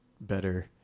better